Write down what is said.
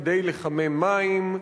כדי לחמם מים,